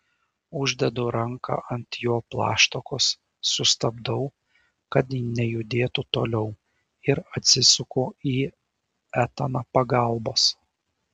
uždedu ranką ant jo plaštakos sustabdau kad nejudėtų toliau ir atsisuku į etaną pagalbos